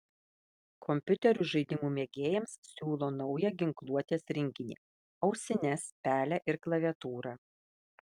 kompiuterių žaidimų mėgėjams siūlo naują ginkluotės rinkinį ausines pelę ir klaviatūrą